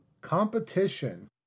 competition